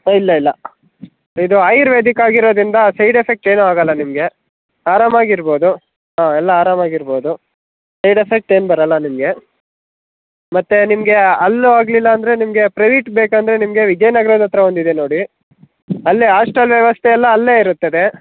ಇಲ್ಲ ಇಲ್ಲ ಇದು ಆಯುರ್ವೆದಿಕ್ ಆಗಿರೋದರಿಂದ ಸೈಡ್ ಎಫೆಕ್ಟ್ ಏನೂ ಆಗಲ್ಲ ನಿಮಗೆ ಆರಾಮಾಗಿ ಇರ್ಬೌದು ಹಾಂ ಎಲ್ಲ ಆರಾಮಾಗಿ ಇರ್ಬೌದು ಸೈಡ್ ಎಫೆಕ್ಟ್ ಏನೂ ಬರಲ್ಲ ನಿಮಗೆ ಮತ್ತು ನಿಮಗೆ ಅಲ್ಲೂ ಆಗಲಿಲ್ಲ ಅಂದರೆ ನಿಮಗೆ ಪ್ರವೀಟ್ ಬೇಕಂದರೆ ನಿಮಗೆ ವಿದ್ಯಾನಗ್ರದ ಹತ್ರ ಒಂದು ಇದೆ ನೋಡಿ ಅಲ್ಲೇ ಆಸ್ಟೆಲ್ ವ್ಯವಸ್ಥೆ ಎಲ್ಲ ಅಲ್ಲೇ ಇರುತ್ತದೆ